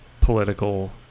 political